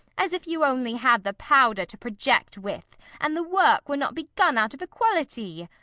as if you only had the powder to project with, and the work were not begun out of equality?